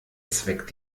zweck